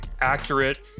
accurate